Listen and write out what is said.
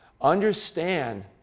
understand